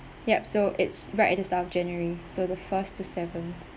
yup so it's right at the start of january so the first to seven